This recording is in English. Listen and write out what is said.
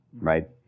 right